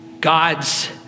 God's